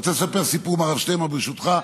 אני רוצה לספר סיפור מהרב שטינמן, ברשותך.